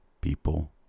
People